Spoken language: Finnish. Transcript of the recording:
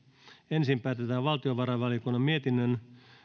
ensin päätetään valtiovarainvaliokunnan mietinnön